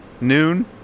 noon